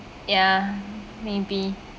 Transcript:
ya maybe